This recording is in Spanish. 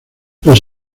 los